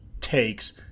takes